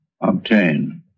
obtain